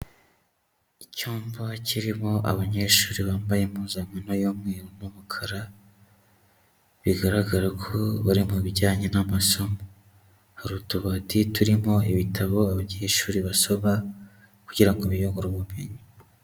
Icyumba kirimo abanyeshuri bambaye impuzankano y'umweru n'umukara, bigaragara ko bari mu bijyanye n'amasomo. Hari utubati turimo ibitabo abanyeshuri basoma kugira ngo biyungure ubumenyi.